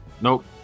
Nope